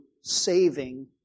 saving